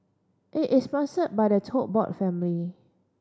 it is sponsored by the Tote Board family